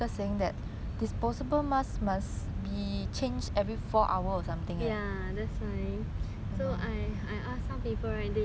ya that's why so I I ask some people right they really 一整天下来 they use